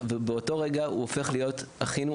ובאותו רגע הוא הופך להיות אחינו,